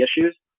issues